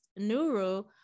Nuru